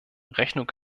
rechnung